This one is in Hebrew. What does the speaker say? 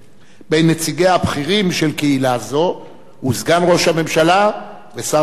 בין נציגיה הבכירים של קהילה זו סגן ראש הממשלה ושר החוץ,